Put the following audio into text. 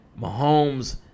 Mahomes